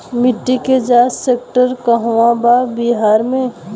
मिटी के जाच सेन्टर कहवा बा बिहार में?